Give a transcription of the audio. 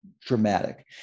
dramatic